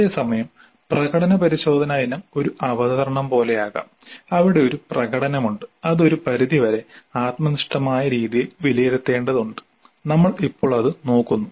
അതേസമയം പ്രകടന പരിശോധന ഇനം ഒരു അവതരണം പോലെയാകാം അവിടെ ഒരു പ്രകടനമുണ്ട് അത് ഒരു പരിധിവരെ ആത്മനിഷ്ഠമായ രീതിയിൽ വിലയിരുത്തേണ്ടതുണ്ട് നമ്മൾ ഇപ്പോൾ അത് നോക്കുന്നു